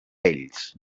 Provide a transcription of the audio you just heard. ells